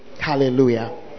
Hallelujah